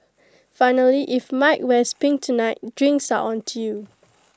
finally if mike wears pink tonight drinks are on you